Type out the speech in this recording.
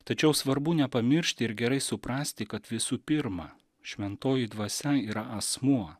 tačiau svarbu nepamiršti ir gerai suprasti kad visų pirma šventoji dvasia yra asmuo